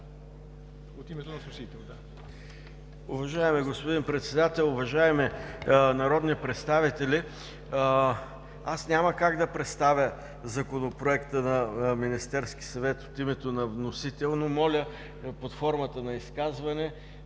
от името на вносител, но